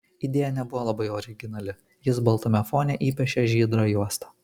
idėja nebuvo labai originali jis baltame fone įpiešė žydrą juostą